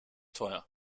teuer